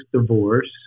divorce